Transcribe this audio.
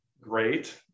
great